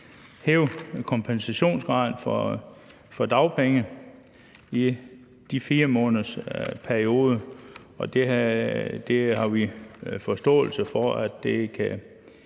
hævet kompensationsgraden for dagpenge i den 4-månedersperiode, og vi har forståelse for, at det